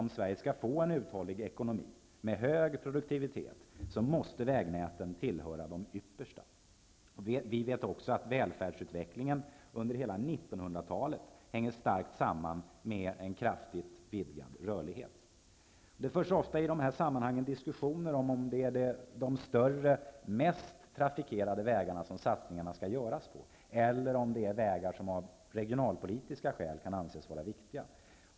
Om Sverige skall få en uthållig ekonomi med hög produktivitet, måste vägnätet tillhöra de yppersta. Vi vet också att välfärdsutvecklingen under hela 1990-talet starkt hänger samman med en kraftigt vidgad rörlighet. Det förs ofta i dessa sammanhang diskussioner om det är på de större, mest trafikerade vägarna som satsningarna skall göras eller om det är på de vägar som av regionalpolitiska skäl anses viktiga.